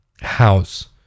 house